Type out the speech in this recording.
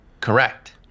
correct